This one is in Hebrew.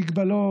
את המגבלות,